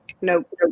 Nope